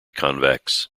convex